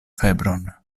febron